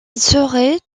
serait